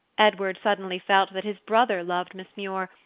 edward suddenly felt that his brother loved miss muir,